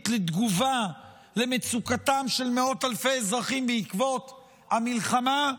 לתגובה למצוקתם של מאות אלפי אזרחים בעקבות המלחמה,